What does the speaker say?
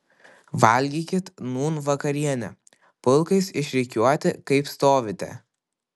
valgykit nūn vakarienę pulkais išrikiuoti kaip stovite